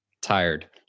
Tired